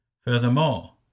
Furthermore